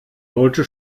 wollte